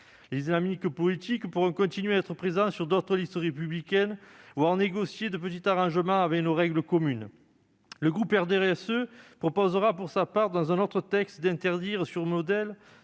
Les islamistes politiques pourront continuer à être présents sur d'autres listes républicaines, voire négocier de petits arrangements avec nos règles communes. Le groupe du RDSE proposera, pour sa part, dans un autre texte d'interdire, sur le modèle